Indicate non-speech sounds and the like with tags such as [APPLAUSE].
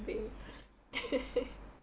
thing [LAUGHS]